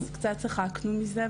אז קצת צחקנו מזה,